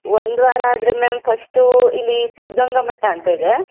ಒಂದು ವಾರ ಆದರೆ ಮ್ಯಾಮ್ ಫಷ್ಟು ಇಲ್ಲಿ ಸಿದ್ಧಗಂಗಾ ಮಠ ಅಂತ ಇದೆ